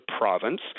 province